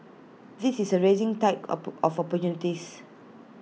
this is A rising tide op of opportunities